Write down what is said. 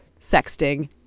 sexting